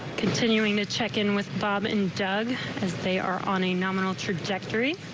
continuing to check in with bob and doug because they are on a nominal trajectory.